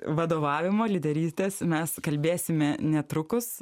vadovavimo lyderystės mes kalbėsime netrukus